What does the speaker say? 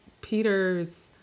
Peter's